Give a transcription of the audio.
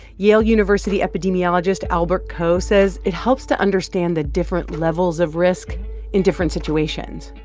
yale university epidemiologist albert ko says it helps to understand the different levels of risk in different situations.